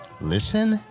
listen